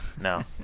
no